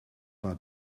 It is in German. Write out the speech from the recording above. war